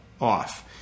off